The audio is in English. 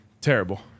Terrible